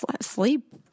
sleep